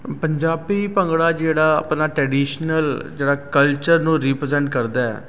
ਪੰਜਾਬੀ ਭੰਗੜਾ ਜਿਹੜਾ ਆਪਣਾ ਟਰੈਡੀਸ਼ਨਲ ਜਿਹੜਾ ਕਲਚਰ ਨੂੰ ਰਿਪ੍ਰੈਜੈਂਟ ਕਰਦਾ ਹੈ